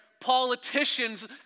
politicians